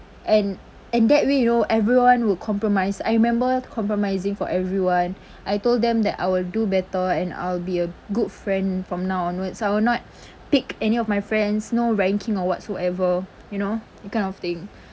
and and that way you know everyone would compromise I remember compromising for everyone I told them that I will do better and I'll be a good friend from now onwards I will not pick any of my friends no ranking or whatsoever you know that kind of thing